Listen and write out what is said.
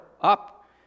up